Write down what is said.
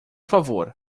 favor